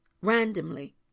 randomly